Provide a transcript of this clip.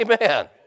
Amen